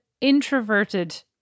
introverted